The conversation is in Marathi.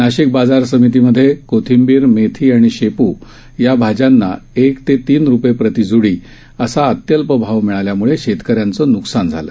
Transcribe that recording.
नाशिक बाजार समितीत कोथिंबीर मेथी आणि शेपू या भाज्यांना एक ते तीन रुपये प्रति ज्डी असा अत्यल्प भाव मिळाल्यामुळे शेतकऱ्यांचं न्कसान झालं